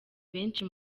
benshi